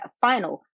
final